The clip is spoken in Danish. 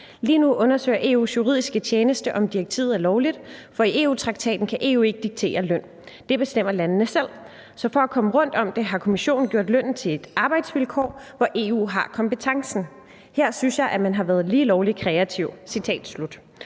»Lige nu undersøger EU's juridiske tjeneste, om direktivet er lovligt, for i EU-traktaten kan EU ikke diktere løn. Det bestemmer landene selv. Så for at komme rundt om det har Kommissionen gjort lønnen til et arbejdsvilkår, hvor EU har kompetencen. Her synes jeg, at man har været lige lovlig kreativ«.